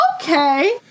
Okay